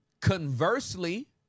Conversely